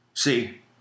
See